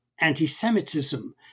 anti-Semitism